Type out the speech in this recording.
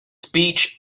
speech